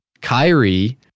Kyrie